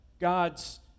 God's